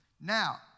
Now